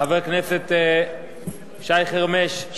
חבר הכנסת שי חרמש,